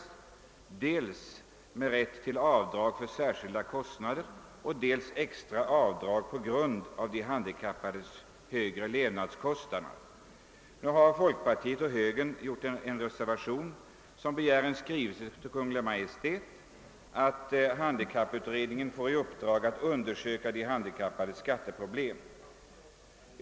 Det gäller dels frågan om de handikappades skatteproblem i vad avser rätt till avdrag för av handikapp betingade särskilda kostnader för intäkternas förvärvande, dels frågan om extra avdrag på grund av de handikappades högre levnadskostnader. I reservationen — bakom vilken står utskottets folkpartioch högerledamöter — föreslås att riksdagen »i skrivelse till Kungl. Maj:t begär att handikapputredningen får i uppdrag att undersöka de handikappades skatteproblem».